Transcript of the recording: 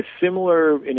similar